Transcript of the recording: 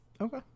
Okay